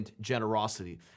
generosity